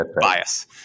bias